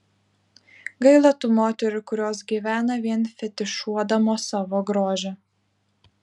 gaila tų moterų kurios gyvena vien fetišuodamos savo grožį